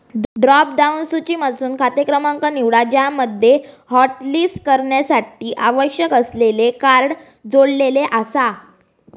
drop down सूचीमधसून खाते क्रमांक निवडा ज्यामध्ये हॉटलिस्ट करण्यासाठी आवश्यक असलेले कार्ड जोडलेला आसा